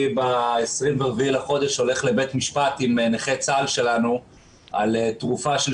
ב-24 בחודש אני הולך לבית המשפט עם נכה צה"ל שלנו על תרופה של